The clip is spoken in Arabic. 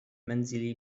منزلي